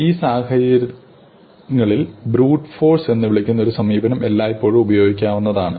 ഈ സാഹചര്യങ്ങളിൽ brute force എന്ന് വിളിക്കുന്ന ഒരു സമീപനം എല്ലായ്പ്പോഴും ഉപയോഗിക്കാവുന്നതാണ്